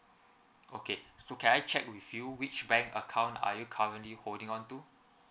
okay so can I check with you which bank account are you currently holding on to